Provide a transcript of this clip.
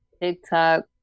TikTok